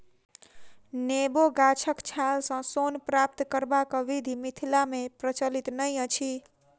नेबो गाछक छालसँ सोन प्राप्त करबाक विधि मिथिला मे प्रचलित नै अछि